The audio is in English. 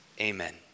amen